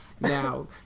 Now